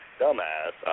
dumbass